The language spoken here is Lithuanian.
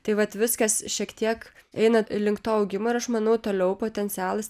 tai vat viskas šiek tiek eina link to augimo ir aš manau toliau potencialas